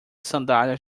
sandálias